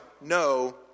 No